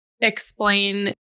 explain